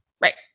Right